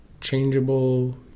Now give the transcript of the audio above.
changeable